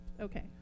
Okay